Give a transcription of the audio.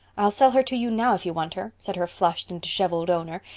i'll sell her to you now, if you want her, said her flushed and disheveled owner.